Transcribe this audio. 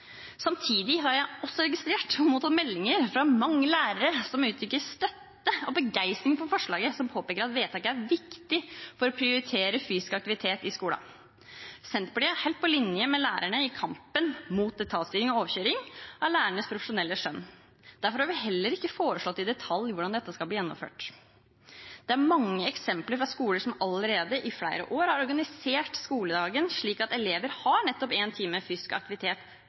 Samtidig har jeg også registrert og har mottatt meldinger fra mange lærere som uttrykker støtte og begeistring for forslaget, og som påpeker at vedtaket er viktig for å prioritere fysisk aktivitet i skolen. Senterpartiet er helt på linje med lærerne i kampen mot detaljstyring og overkjøring av lærernes profesjonelle skjønn. Derfor har vi heller ikke foreslått i detalj hvordan dette skal bli gjennomført. Det er mange eksempler fra skoler som allerede i flere år har organisert skoledagen slik at elever har nettopp én times fysisk aktivitet